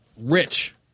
rich